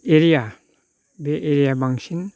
area बे एरियाआ बांसिन